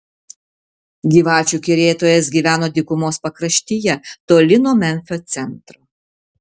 gyvačių kerėtojas gyveno dykumos pakraštyje toli nuo memfio centro